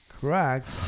correct